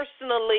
personally